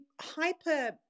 hyper